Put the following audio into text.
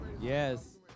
Yes